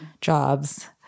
jobs